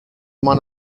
immer